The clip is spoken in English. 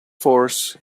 force